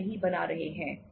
आप इन्वेंट्री रख रहे हैं